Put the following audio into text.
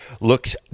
looks